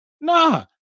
Nah